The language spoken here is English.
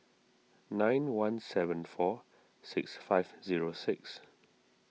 nine one seven four six five zero six